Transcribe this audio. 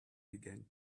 began